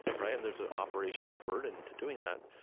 right? and there's an operational burden to doing that.